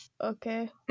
okay